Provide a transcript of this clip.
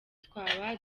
twaba